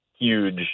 Huge